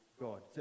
God